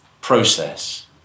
process